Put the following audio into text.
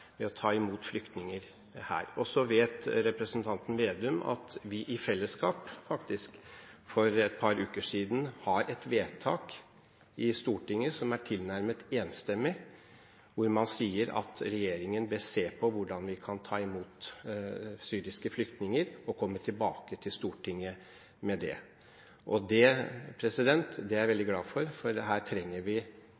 ved å ta imot flyktninger her. Så vet representanten Slagsvold Vedum at vi i fellesskap, faktisk, for et par uker siden gjorde et vedtak i Stortinget som var tilnærmet enstemmig, hvor man ba regjeringen se på hvordan vi kan ta imot syriske flyktninger, og komme tilbake til Stortinget med det. Det er jeg